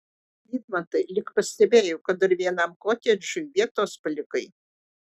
vidmantai lyg pastebėjau kad dar vienam kotedžui vietos palikai